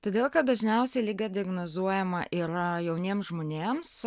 todėl kad dažniausiai liga diagnozuojama yra jauniems žmonėms